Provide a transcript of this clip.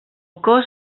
cos